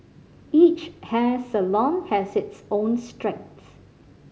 each hair salon has its own strengths